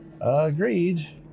Agreed